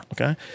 Okay